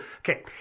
okay